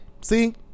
see